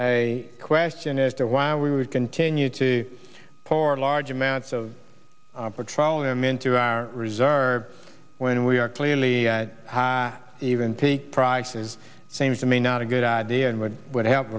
a question as to why we would continue to pour large amounts of petroleum into our reserve when we are clearly even to the prices seems to me not a good idea and what would help